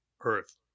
Earth